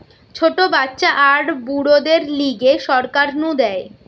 ছোট বাচ্চা আর বুড়োদের লিগে সরকার নু দেয়